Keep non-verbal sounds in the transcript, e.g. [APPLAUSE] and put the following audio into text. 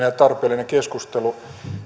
[UNINTELLIGIBLE] ja tarpeellinen keskustelu